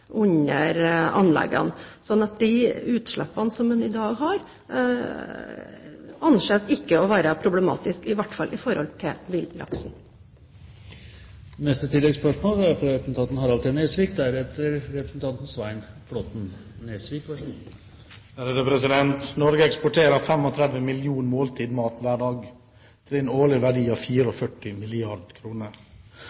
anleggene. Så de utslippene man har i dag, anses ikke å være problematiske – i hvert fall ikke med tanke på villaksen. Harald T. Nesvik – til oppfølgingsspørsmål. Norge eksporterer 35 millioner måltider mat hver dag til en årlig verdi av